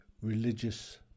religious